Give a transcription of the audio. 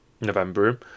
November